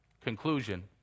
Conclusion